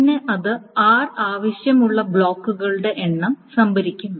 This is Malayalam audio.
പിന്നെ അത് r ആവശ്യമുള്ള ബ്ലോക്കുകളുടെ എണ്ണം സംഭരിക്കുന്നു